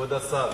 כבוד השר,